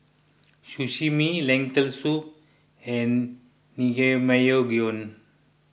Sashimi Lentil Soup and Naengmyeon